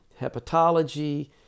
hepatology